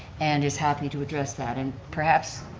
and is happy to address that, and perhaps,